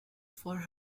for